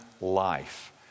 life